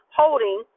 holding